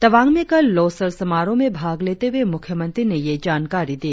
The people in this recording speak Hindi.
तवांग में कल लोसर समारोह में भाग लेते हुए मुख्यमंत्री ने यह जानकारी दी